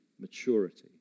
Maturity